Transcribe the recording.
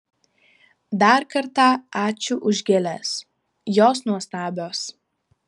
dar kartą ačiū už gėles jos nuostabios